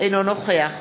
אינו נוכח